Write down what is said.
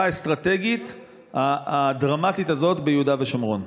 האסטרטגית הדרמטית הזאת ביהודה ושומרון?